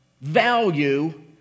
value